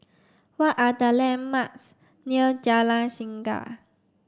what are the landmarks near Jalan Singa